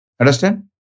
Understand